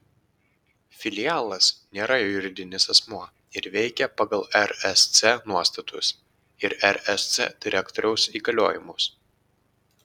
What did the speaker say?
filialas nėra juridinis asmuo ir veikia pagal rsc nuostatus ir rsc direktoriaus įgaliojimus